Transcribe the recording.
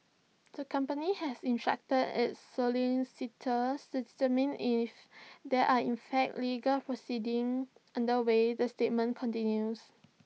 the company has instructed its solicitors to determine if there are in fact legal proceedings underway the statement continues